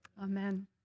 amen